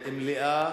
מליאה,